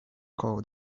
call